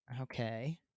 Okay